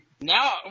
Now